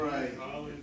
Right